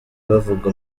bavuga